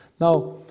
Now